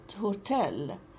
hotel